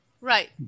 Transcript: Right